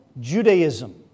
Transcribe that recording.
Judaism